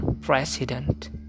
President